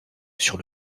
sur